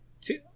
Two